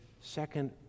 second